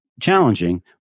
challenging